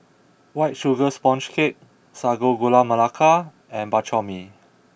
White Sugar Sponge Cake Sago Gula Melaka and Bak Chor Mee